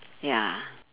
ya